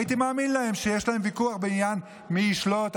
הייתי מאמין להם שיש להם ויכוח בעניין מי ישלוט,